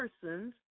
persons